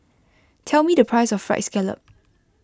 tell me the price of Fried Scallop